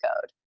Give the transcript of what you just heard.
code